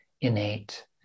innate